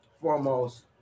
foremost